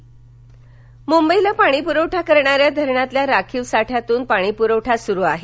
मंवई पाणी मुंबईला पाणी पुरवठा करणाऱ्या धरणांतल्या राखीव साठ्यातून पाणी पुरवठा सुरू आहे